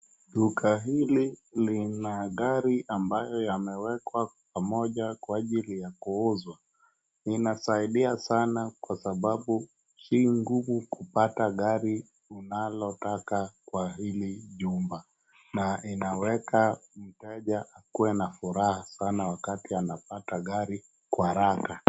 Duka hili lina gari ambayo yamewekwa pamoja kwa ajili ya kuuzwa. Linasaidia sana kwa sababu si ngumu kupata gari unalotaka kwa hili jumba, na linaweka mteja akuwe na furaha sana wakati anapata gari kwa haraka.